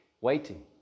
waiting